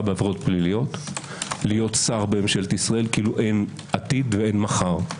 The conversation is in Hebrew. בעבירות פליליות להיות שר בממשלת ישראל כאילו אין עתיד ואין מחר.